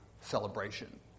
celebration